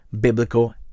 biblical